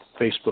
Facebook